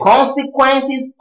Consequences